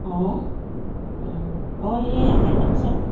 অঁ অঁ এই আইনকচত